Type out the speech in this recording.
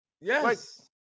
Yes